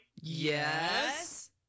Yes